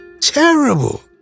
Terrible